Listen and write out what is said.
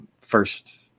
first